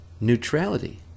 neutrality